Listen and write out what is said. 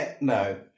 no